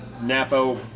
Napo